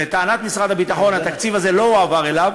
לטענת משרד הביטחון התקציב הזה לא הועבר אליו,